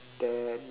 then